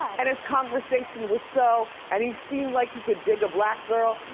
and his conversation was so, and he seemed like he could dig a black girl.